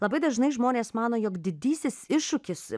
labai dažnai žmonės mano jog didysis iššūkis